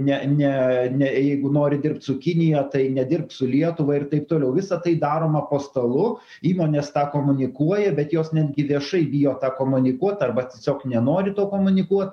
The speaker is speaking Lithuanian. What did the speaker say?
ne ne ne jeigu nori dirbt su kinija tai nedirbk su lietuva ir taip toliau visa tai daroma po stalu įmonės tą komunikuoja bet jos netgi viešai bijo tą komunikuot arba tiesiog nenori to komunikuot